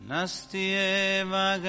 Nastieva